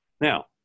Now